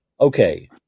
Okay